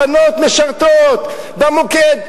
בנות משרתות במוקד.